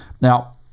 Now